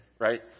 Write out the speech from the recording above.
Right